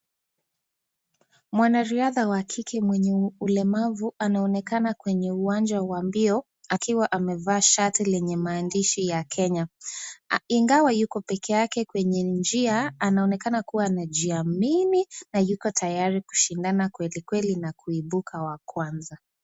Mwanariadha wa kike mwenye ulemavu anaonekana kwenye uwanja wa mbio akiwa amevaa shati lenye maandishi ya Kenya. Ingawa yuko peke yake kwenye njia, anaonekana kuwa anajiamini na yuko tayari kushindana kweli kweli na kuibuka wa kwanza.